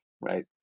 right